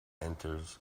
enters